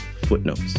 Footnotes